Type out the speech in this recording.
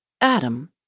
Adam